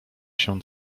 się